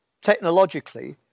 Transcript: technologically